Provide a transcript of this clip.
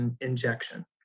injection